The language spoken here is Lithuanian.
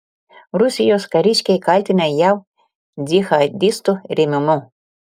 rusijos kariškiai kaltina jav džihadistų rėmimu